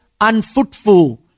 unfruitful